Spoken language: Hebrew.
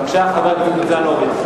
בבקשה, חבר הכנסת ניצן הורוביץ.